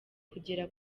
kugera